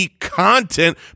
content